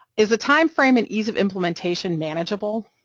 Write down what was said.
is a time frame and ease of implementation manageable,